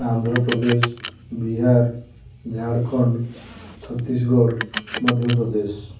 Andhra Pradesh Bihar Jharkhand Chhattisgarh Madhya Pradesh